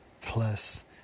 plus